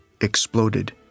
exploded